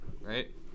right